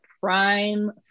prime